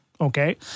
Okay